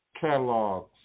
catalogs